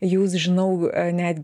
jūs žinau netgi